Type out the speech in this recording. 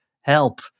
help